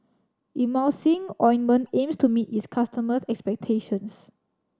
Emulsying Ointment aims to meet its customers' expectations